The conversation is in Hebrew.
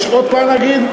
יש עוד פן להגיד?